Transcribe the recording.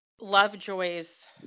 Lovejoy's